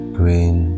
green